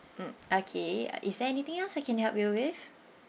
mm okay is there anything else I can help you with